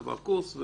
עבר קורס,